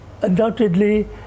undoubtedly